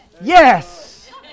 Yes